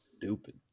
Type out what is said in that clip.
stupid